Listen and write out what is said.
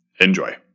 Enjoy